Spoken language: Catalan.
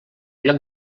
lloc